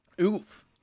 Oof